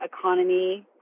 economy